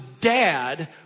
dad